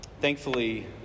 Thankfully